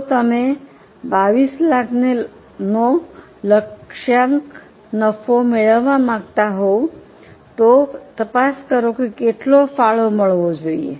જો તમે 2200000 નો લક્ષ્યાંક નફો મેળવવા માંગતા હોવ તો તપાસ કરો કે કેટલો ફાળો મળવો જોઈએ